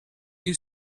you